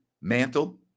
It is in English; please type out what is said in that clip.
Mantle